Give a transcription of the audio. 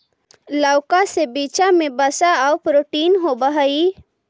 लउका के बीचा में वसा आउ प्रोटीन होब हई